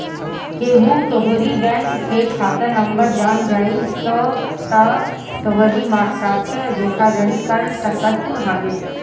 केहू तोहरी बैंक के खाता नंबर जान जाई तअ उ तोहरी साथे धोखाधड़ी कर सकत हवे